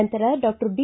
ನಂತರ doctor B